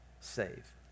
save